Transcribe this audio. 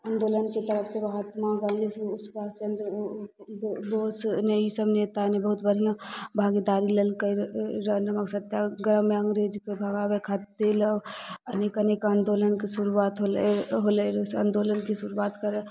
आंदोलनके तरफ से महात्मा गांँधी सुभाष चंद्र बोस सब ने ईसब नेता ने बहुत बढ़िआँ भागदारी लेलकै रऽ नमक सत्याग्रहमे अङ्ग्रेज भगाबै खातिर अनेक अनेक आंदोलनके शुरुआत होलै होलै रऽ आंदोलनके शुरुआत करै